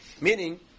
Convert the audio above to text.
Meaning